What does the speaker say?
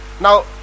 Now